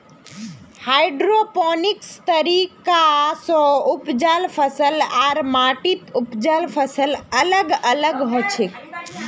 hydroponics तरीका स उपजाल फसल आर माटीत उपजाल फसल अलग अलग हछेक